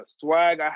swag